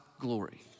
glory